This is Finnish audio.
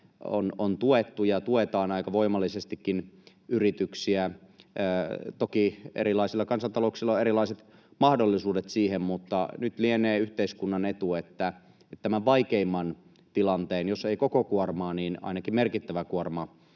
on tuettu ja tuetaan aika voimallisestikin yrityksiä. Toki erilaisilla kansantalouksilla on erilaiset mahdollisuudet siihen, mutta nyt lienee yhteiskunnan etu, että tämän vaikeimman tilanteen kuorma — jos ei koko kuorma niin ainakin merkittävä osa